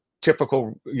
typical